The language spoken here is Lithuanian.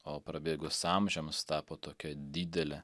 o prabėgus amžiams tapo tokia didelė